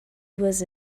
was